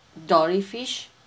dory fish